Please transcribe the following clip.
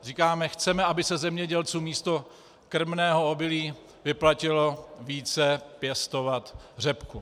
Říkáme: Chceme, aby se zemědělcům místo krmného obilí vyplatilo více pěstovat řepku.